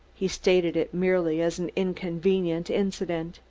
he stated it merely as an inconvenient incident.